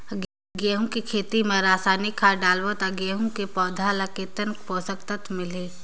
गंहू के खेती मां रसायनिक खाद डालबो ता गंहू के पौधा ला कितन पोषक तत्व मिलही?